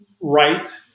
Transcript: right